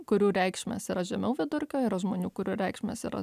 kurių reikšmės yra žemiau vidurkio yra žmonių kurių reikšmės yra